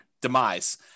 demise